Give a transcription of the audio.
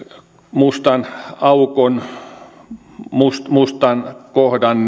mustan aukon mustan mustan kohdan